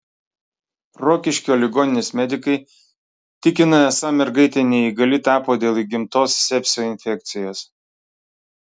rokiškio ligoninės medikai tikina esą mergaitė neįgali tapo dėl įgimtos sepsio infekcijos